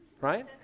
Right